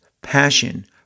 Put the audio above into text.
passion